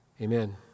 amen